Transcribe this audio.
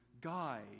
guide